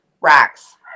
Racks